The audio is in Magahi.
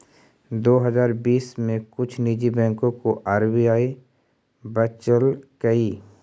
दो हजार बीस में कुछ निजी बैंकों को आर.बी.आई बचलकइ